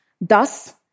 thus